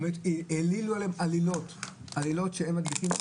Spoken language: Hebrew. העלילו עליהם עלילות שהם מדביקים.